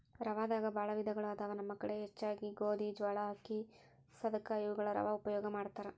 ರವಾದಾಗ ಬಾಳ ವಿಧಗಳು ಅದಾವ ನಮ್ಮ ಕಡೆ ಹೆಚ್ಚಾಗಿ ಗೋಧಿ, ಜ್ವಾಳಾ, ಅಕ್ಕಿ, ಸದಕಾ ಇವುಗಳ ರವಾ ಉಪಯೋಗ ಮಾಡತಾರ